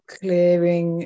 clearing